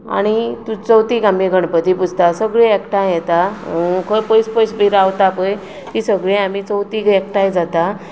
आनी चवथीक आमी गणपती पुजतात सगळीं एकठांय येतात कोण पयस पयस बी रावता पळय तीं सगळीं आमी चवथीक एकठांय जातात